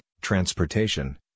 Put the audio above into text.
transportation